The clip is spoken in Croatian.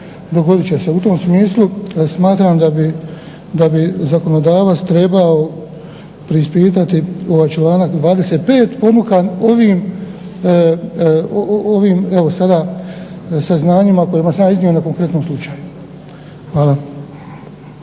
U tom smislu smatram da bi zakonodavac trebao preispitati ovaj članak 25. ponukan ovim evo sada saznanjima koje sam ja iznio na konkretnom slučaju. Hvala.